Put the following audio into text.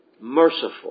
merciful